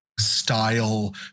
Style